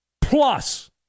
plus